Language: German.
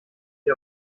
sie